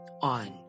on